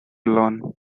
alone